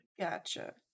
Gotcha